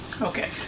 okay